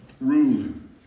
ruling